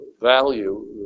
value